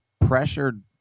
pressured